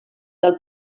del